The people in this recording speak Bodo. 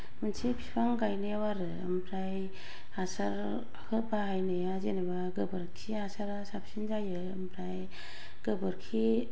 मोनसे बिफां गायनायाव आरो ओमफ्राय हासारफोर बाहायनाया जेनेबा गोबोरखि हासारा साबसिन जायो ओमफ्राय गोबोरखि